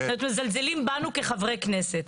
מזלזלים בנו כחברי כנסת.